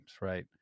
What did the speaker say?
right